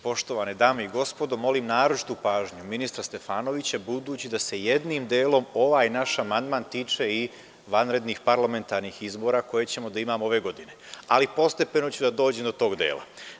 Poštovane dame i gospodo, molim naročitu pažnju ministra Stefanovića budući da se jednim delom ovaj naš amandman tiče i vanrednih parlamentarnih izbora koje ćemo da imamo ove godine, ali postepeno ću da dođem do tog dela.